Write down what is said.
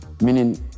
meaning